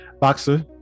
Boxer